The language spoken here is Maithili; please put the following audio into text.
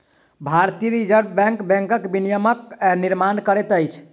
भारतीय रिज़र्व बैंक बैंकक विनियमक निर्माण करैत अछि